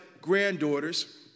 granddaughters